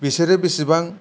बिसोरो बेसेबां